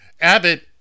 Abbott